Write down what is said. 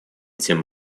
тем